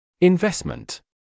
investment